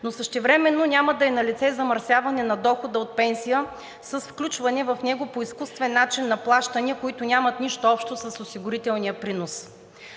но същевременно няма да е налице замърсяване на дохода от пенсия с включване в него по изкуствен начин на плащания, които нямат нищо общо с осигурителния принос.